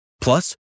Plus